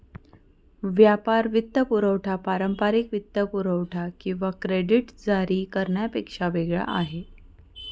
व्यापार वित्तपुरवठा पारंपारिक वित्तपुरवठा किंवा क्रेडिट जारी करण्यापेक्षा वेगळा आहे